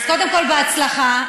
אז קודם כול, בהצלחה.